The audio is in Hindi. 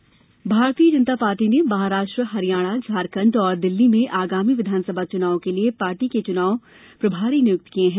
चुनाव प्रभारी भारतीय जनता पार्टी ने महाराष्ट्र हरियाणा झारखंड और दिल्ली में आगामी विधानसभा चुनावों के लिए पार्टी के चुनाव प्रभारी नियुक्त किये हैं